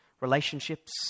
relationships